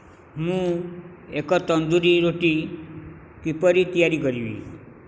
ମୁଁ ଏକ ତନ୍ଦୁରି ରୁଟି କିପରି ତିଆରି କରିବି